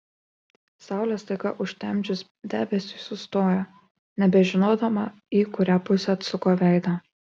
saulę staiga užtemdžius debesiui sustojo nebežinodama į kurią pusę atsuko veidą